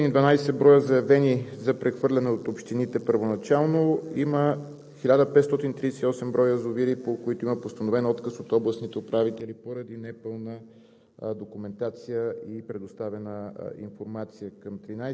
сега ще бъда още по-конкретен. От 2812 броя заявени за прехвърляне от общините първоначално има 1538 броя язовири, по които има постановен отказ от областните управители поради непълна